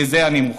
לזה אני מוכן.